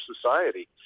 society